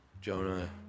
Jonah-